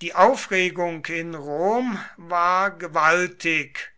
die aufregung in rom war gewaltig